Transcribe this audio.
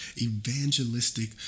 Evangelistic